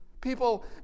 People